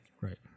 right